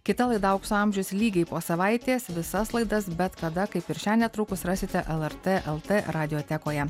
kita laida aukso amžius lygiai po savaitės visas laidas bet kada kaip ir šią netrukus rasite lrt lt radiotekoje